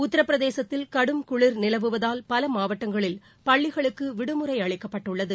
உத்திரபிரதேசத்தில் கடும் குளிர் நிலவுவதால் பல மாவட்டங்களில் பள்ளிகளுக்கு விடுமுறை அளிக்கப்பட்டுள்ளது